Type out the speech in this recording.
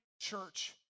church